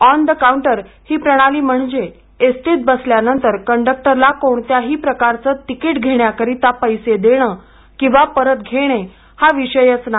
on the counter ही प्रणाली म्हणजे एसटीत बसल्यानंतर कंडक्टरला कोणत्याही प्रकारचं तिकीट घेण्याकरिता पैसे देण किंवा परत घेणे हा विषयच नाही